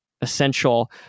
essential